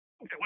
okay